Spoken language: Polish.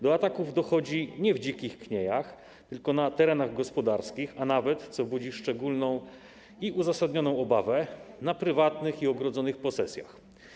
Do ataków dochodzi nie w dzikich kniejach, tylko na terenach gospodarskich, a nawet, co budzi szczególną i uzasadnioną obawę, na prywatnych i ogrodzonych posesjach.